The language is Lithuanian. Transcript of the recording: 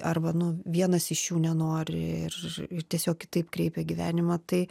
arba nu vienas iš jų nenori ir tiesiog kitaip kreipia gyvenimą tai